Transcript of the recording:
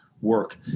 work